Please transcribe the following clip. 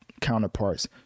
counterparts